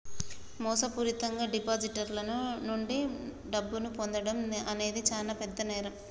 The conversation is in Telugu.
మోసపూరితంగా డిపాజిటర్ల నుండి డబ్బును పొందడం అనేది చానా పెద్ద నేరం